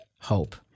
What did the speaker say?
hope